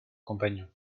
compagnon